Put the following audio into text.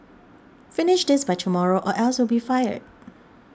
finish this by tomorrow or else you'll be fired